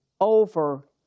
over